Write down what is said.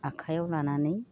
आखायाव लानानै